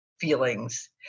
feelings